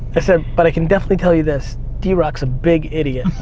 i said, but i can definitely tell you this, drock's a big idiot.